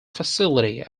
facility